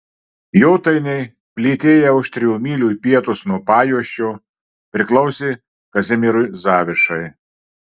jotainiai plytėję už trijų mylių į pietus nuo pajuosčio priklausė kazimierui zavišai